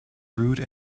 rude